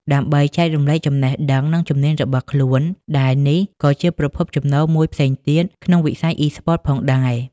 ដើម្បីចែករំលែកចំណេះដឹង និងជំនាញរបស់ខ្លួន ដែលនេះក៏ជាប្រភពចំណូលមួយផ្សេងទៀតក្នុងវិស័យអុីស្ព័ត ផងដែរ។